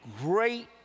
great